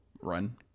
run